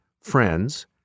friends